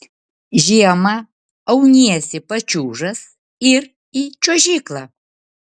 žiemą auniesi pačiūžas ir į čiuožyklą